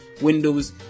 Windows